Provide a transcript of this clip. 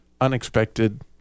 unexpected